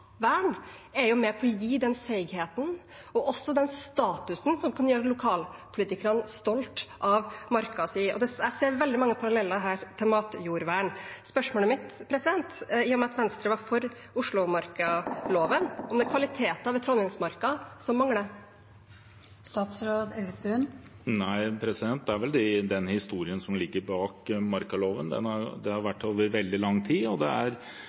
vern er med på å gi den seigheten og den statusen som kan gjøre lokalpolitikerne stolte av marka si. Og jeg ser her veldig mange paralleller til matjordvern. Spørsmålet mitt, i og med at Venstre var for Oslomarka-loven, er om det er kvaliteter ved Trondheimsmarka som mangler. Nei – det er heller historien som ligger bak markaloven. Den har vært der over veldig lang tid. Marka ligger innenfor 19 kommuner, og